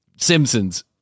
Simpsons